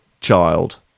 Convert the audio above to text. child